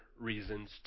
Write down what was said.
reasons